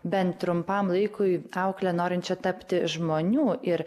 bent trumpam laikui aukle norinčia tapti žmonių ir